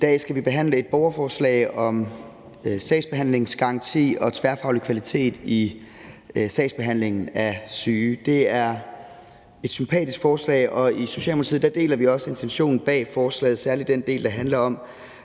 I dag skal vi behandle et borgerforslag om sagsbehandlingsgaranti og tværfaglig kvalitet i sagsbehandlingen af syge. Det er et sympatisk forslag, og i Socialdemokratiet deler vi også intentionen bag forslaget, særlig den del, der handler om,